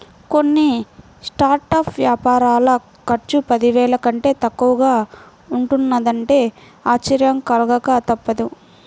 కొన్ని స్టార్టప్ వ్యాపారాల ఖర్చు పదివేల కంటే తక్కువగా ఉంటున్నదంటే ఆశ్చర్యం కలగక తప్పదు